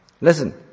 Listen